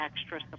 extra